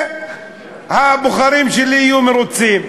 שהבוחרים שלי יהיו מרוצים.